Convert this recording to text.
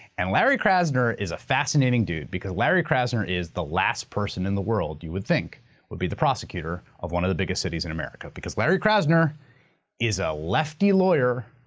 and larry krasner is a fascinating dude because larry krasner is the last person in the world you would think would be the prosecutor of one of the biggest cities in america, because larry krasner is a lefty lawyer,